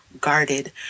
guarded